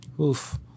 Oof